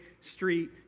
street